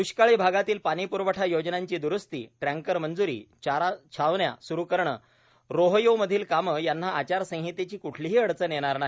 दृष्काळी भागातील पाणी प्रवठा योजनांची द्रुस्ती टँकर मंजुरी चारा छावण्या सुरू करणे रोहयोमधील कामे यांना आचारसंहितेची क्ठलीही अडचण येणार नाही